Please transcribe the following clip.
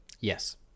Yes